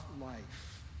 life